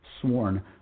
sworn